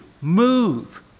Move